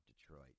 Detroit